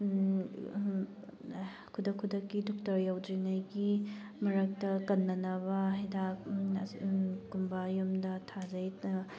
ꯈꯨꯗꯛ ꯈꯨꯗꯛꯀꯤ ꯗꯣꯛꯇꯔ ꯌꯧꯗ꯭ꯔꯤꯉꯩꯒꯤ ꯃꯔꯛꯇ ꯀꯟꯅꯕ ꯍꯤꯗꯥꯛ ꯑꯁꯤ ꯒꯨꯝꯕ ꯌꯨꯝꯗ ꯊꯥꯖꯩ